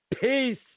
Peace